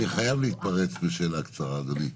אני חייב להתפרץ בשאלה קצרה, אדוני.